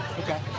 Okay